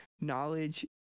knowledge